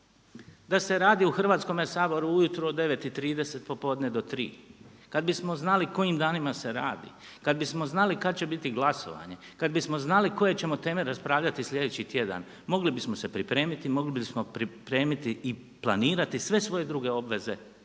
da se radi u Hrvatskome saboru ujutro od 9,30 popodne do 3, kada bismo znali kojim danima se radi, kada bismo znali kada će biti glasovanje, kada bismo znali koje ćemo teme raspravljati sljedeći tjedan, mogli bismo se pripremiti, mogli bismo pripremiti i planirati sve svoje druge obveze,